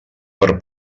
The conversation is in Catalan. per